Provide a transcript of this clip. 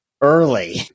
early